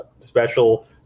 special